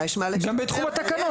גם בתחום התקנות.